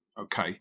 Okay